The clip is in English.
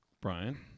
brian